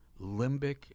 limbic